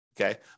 okay